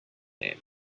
name